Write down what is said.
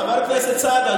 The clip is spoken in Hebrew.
חבר הכנסת סעדה,